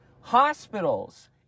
Hospitals